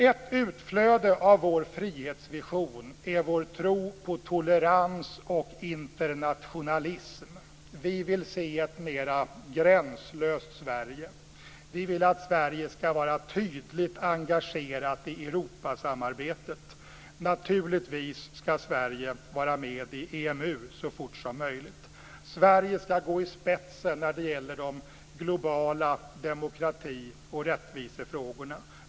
Ett utflöde av vår frihetsvision är vår tro på tolerans och internationalism. Vi vill se ett mer gränslöst Sverige. Vi vill att Sverige ska vara tydligt engagerat i Europasamarbetet. Naturligtvis ska Sverige vara med i EMU så fort som möjligt. Sverige ska gå i spetsen när det gäller de globala demokrati och rättvisefrågorna.